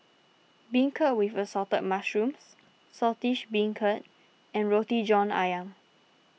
Beancurd with Assorted Mushrooms Saltish Beancurd and Roti John Ayam